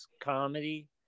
comedy